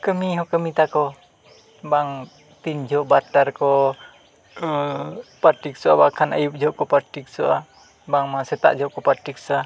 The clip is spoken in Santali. ᱠᱟᱹᱢᱤ ᱦᱚᱸ ᱠᱟᱹᱢᱤ ᱛᱟᱠᱚ ᱵᱟᱝ ᱛᱤᱱ ᱡᱚᱦᱚᱜ ᱵᱟᱨᱴᱟ ᱨᱮᱠᱚ ᱯᱟᱠᱴᱤᱥᱚᱜᱼᱟ ᱵᱟᱝᱠᱷᱟᱱ ᱟᱹᱭᱩᱵ ᱡᱚᱦᱚᱜ ᱠᱚ ᱯᱟᱠᱴᱤᱥᱚᱜᱼᱟ ᱵᱟᱝᱢᱟ ᱥᱮᱛᱟᱜ ᱡᱚᱦᱚᱜ ᱠᱚ ᱯᱟᱠᱴᱤᱥᱟ